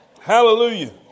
Hallelujah